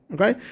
Okay